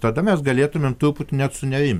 tada mes galėtumėm truputį net sunerim